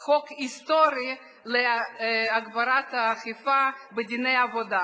היסטורי להגברת האכיפה בדיני עבודה,